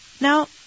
Now